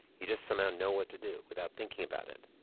you just somehow know what to do without thinking about it.